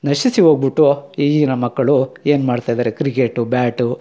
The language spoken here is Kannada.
ನಶಿಸಿ ಹೋಗ್ಬುಟ್ಟು ಈಗಿನ ಮಕ್ಕಳು ಏನು ಮಾಡ್ತಾಯಿದರೆ ಕ್ರಿಕೆಟು ಬ್ಯಾಟು